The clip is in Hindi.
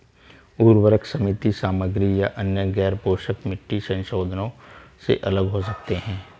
उर्वरक सीमित सामग्री या अन्य गैरपोषक मिट्टी संशोधनों से अलग हो सकते हैं